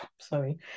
Sorry